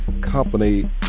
company